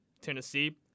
Tennessee